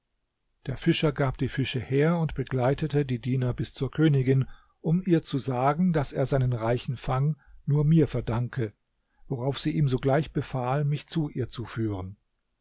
der fischer gab die fische her und begleitete die diener bis zur königin um ihr zu sagen daß er seinen reichen fang nur mir verdanke worauf sie ihm sogleich befahl mich zu ihr zu führen